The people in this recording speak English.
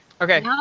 Okay